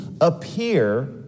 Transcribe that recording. appear